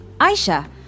Aisha